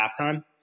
halftime